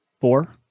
four